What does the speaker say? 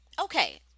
Okay